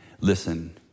Listen